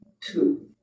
Two